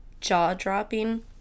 jaw-dropping